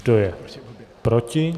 Kdo je proti?